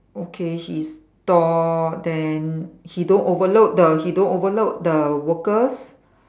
okay he's tall then he don't overload the he don't overload the workers